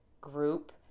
group